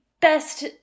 best